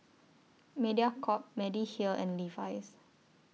Mediacorp Mediheal and Levi's